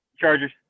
Chargers